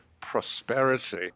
prosperity